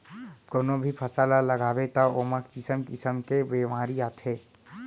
कोनो भी फसल ल लगाबे त ओमा किसम किसम के बेमारी आथे